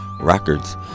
Records